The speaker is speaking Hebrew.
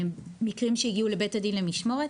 מקרים שהגיעו לבית הדין למשמורת